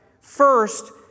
first